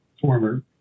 former